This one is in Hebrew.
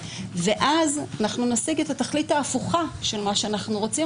ואז אנחנו נשיג את התכלית ההפוכה של מה שאנחנו רוצים.